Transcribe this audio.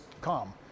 calm